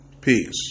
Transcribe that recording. peace